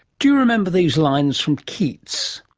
do you remember these lines from keats?